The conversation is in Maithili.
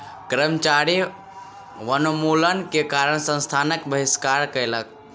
कर्मचारी वनोन्मूलन के कारण संस्थानक बहिष्कार कयलक